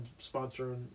sponsoring